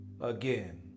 again